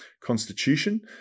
constitution